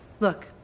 Look